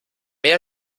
mehr